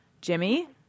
Jimmy